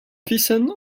wissen